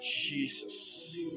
Jesus